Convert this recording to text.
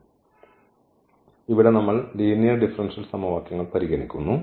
അതിനാൽ ഇവിടെ നമ്മൾ ലീനിയർ ഡിഫറൻഷ്യൽ സമവാക്യങ്ങൾ പരിഗണിക്കുന്നു